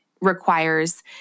requires